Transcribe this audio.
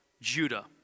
Judah